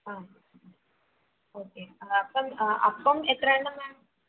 ആ ഓക്കെ അപ്പം അപ്പം എത്ര എണ്ണം വേണം